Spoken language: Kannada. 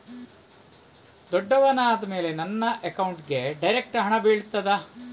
ದೊಡ್ಡವನಾದ ಮೇಲೆ ನನ್ನ ಅಕೌಂಟ್ಗೆ ಡೈರೆಕ್ಟ್ ಹಣ ಬೀಳ್ತದಾ?